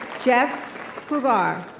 jeff huvar.